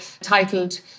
titled